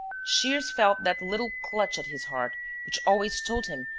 shears felt that little clutch at his heart which always told him,